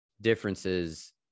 differences